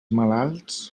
malalts